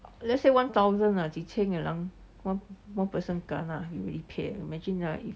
let's say one thousand ah 几千 one one person kena ah you already pay eh you imagine right